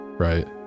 right